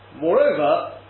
Moreover